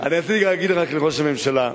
רציתי להגיד רק לראש הממשלה,